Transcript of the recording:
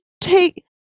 take